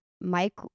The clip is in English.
Mike